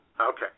Okay